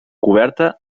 coberta